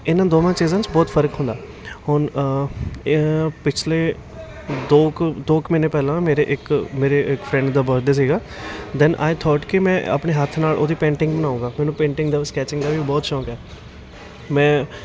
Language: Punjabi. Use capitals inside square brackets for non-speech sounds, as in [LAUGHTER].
ਇਹਨਾਂ ਦੋਨਾਂ ਚੀਜ਼ਾਂ 'ਚ ਬਹੁਤ ਫ਼ਰਕ ਹੁੰਦਾ ਹੁਣ [UNINTELLIGIBLE] ਪਿਛਲੇ ਦੋ ਕੁ ਦੋ ਕੁ ਮਹੀਨੇ ਪਹਿਲਾਂ ਮੇਰੇ ਇੱਕ ਮੇਰੇ ਇੱਕ ਫਰੈਂਡ ਦਾ ਬਰਥਡੇ ਸੀਗਾ ਦੈੱਨ ਆਈ ਥੋਟ ਕਿ ਮੈਂ ਆਪਣੇ ਹੱਥ ਨਾਲ ਉਹਦੀ ਪੇਂਟਿੰਗ ਬਣਾਊਂਗਾ ਮੈਨੂੰ ਪੇਂਟਿੰਗ ਦਾ ਸਕੈਚਿੰਗ ਦਾ ਵੀ ਬਹੁਤ ਸ਼ੌਕ ਹੈ ਮੈਂ